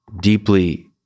deeply